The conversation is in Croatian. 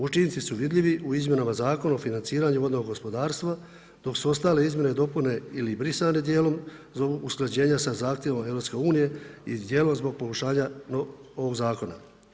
Učinci su vidljivi u izmjenama Zakona o financiranju vodnog gospodarstva dok su ostale izmjene i dopune ili brisane dijelom zovu usklađenja sa zahtjevom EU i dijelom zbog poboljšanja ovog zakona.